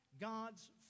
God's